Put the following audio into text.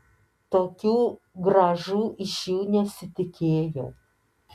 tokių grąžų iš jų nesitikėjau